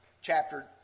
chapter